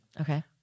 Okay